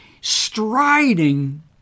striding